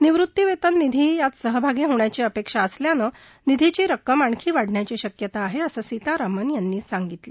निवृत्तीवेतन निधीही यात सहभागी होण्याची अपेक्षा असल्यानं निधीची रक्कम आणखी वाढण्याची शक्यता आहे अस सीतारामन यांनी सांगितलं